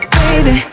baby